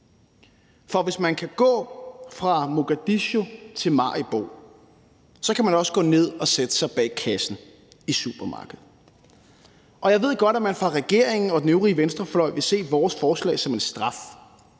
for hvis man kan gå fra Mogadishu til Maribo, kan man også gå ned og sætte sig bag kassen i supermarkedet. Jeg ved godt, at man i regeringen og den øvrige venstrefløj vil se vores forslag som en straf,